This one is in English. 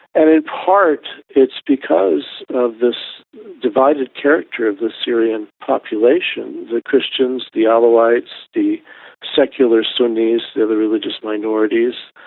and in part it's because of this divided character of the syrian population the christians, the um alawites, the secular sunnis, the other religious minorities.